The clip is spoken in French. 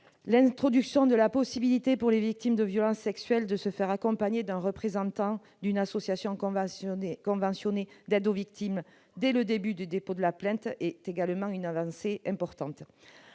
L'introduction de la possibilité pour les victimes de violences sexuelles de se faire accompagner d'un représentant d'une association conventionnée d'aide aux victimes dès le début du dépôt de la plainte est également une avancée importante.